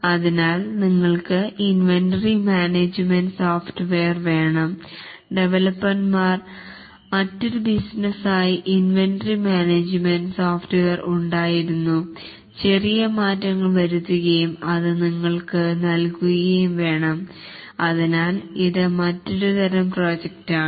അതിനാൽ നിങ്ങൾക്ക് inventory management software inventory management software വേണം ഡെവലപ്പർമാർക്ക് മറ്റൊരു ബിസിനസ്സിനായി ഇൻവെന്ററി മാനേജ്മെൻറ് സോഫ്റ്റ്വെയർ ഉണ്ടായിരുന്നു ചെറിയ മാറ്റങ്ങൾ വരുത്തുകയും അത് നിങ്ങൾക്ക് നൽകുകയും വേണം അതിനാൽ ഇത് മറ്റൊരുതരം പ്രോജക്ട് ആണ്